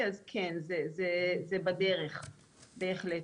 אז כן, זה בדרך, בהחלט.